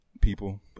people